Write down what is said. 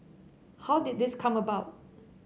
how did this come about